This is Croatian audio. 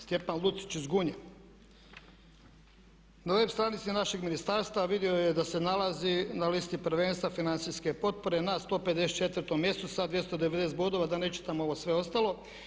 Stjepan Lucić iz Gunje, na web stranici našeg ministarstva vidio je da se nalazi na listi prvenstva financije potpore na 154. mjestu sa 290 bodova, da ne čitam sve ovo ostalo.